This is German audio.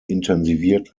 intensiviert